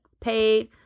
paid